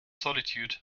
solitude